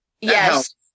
Yes